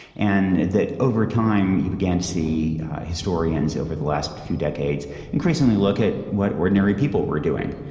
and that, over time, you began to see historians over the last few decades increasingly look at what ordinary people were doing.